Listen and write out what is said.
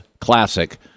classic